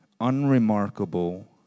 unremarkable